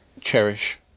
cherish